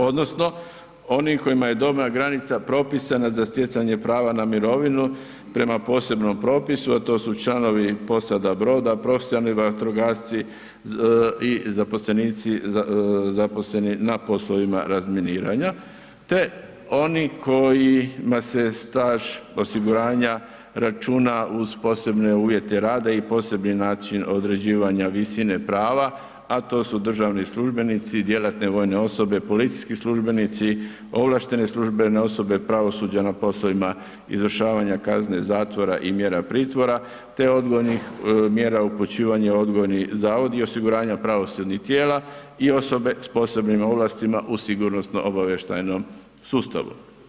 Odnosno oni kojima je dobna granica propisana za stjecanje prava na mirovinu prema posebnom propisu, a to su članovi posada broda, profesionalni vatrogasci i zaposlenici zaposleni na poslovima razminiranja te oni kojima se staž osiguranja računa uz posebne uvjete rada i posebni način određivanja visine prava, a to su državni službenici, djelatne vojne osobe, policijski službenici, ovlaštene službene osobe pravosuđa na poslovima izvršavanja kazne zatvora i mjera pritvora te odgojnih mjera upućivanja u odgojni zavod i osiguranja pravosudnih tijela i osobe s posebnim ovlastima u sigurnosno obavještajnom sustavu.